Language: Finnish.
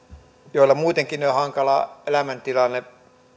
joilla muutenkin on jo hankala elämäntilanne